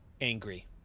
angry